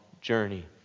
journey